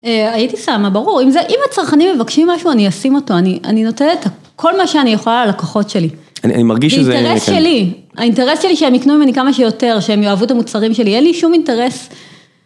הייתי שמה, ברור, אם הצרכנים מבקשים משהו, אני אשים אותו, אני נותנת כל מה שאני יכולה ללקוחות שלי. אני מרגיש שזה... האינטרס שלי, האינטרס שלי שהם יקנו ממני כמה שיותר, שהם יאהבו את המוצרים שלי, אין לי שום אינטרס...